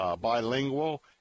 bilingual